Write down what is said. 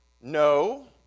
No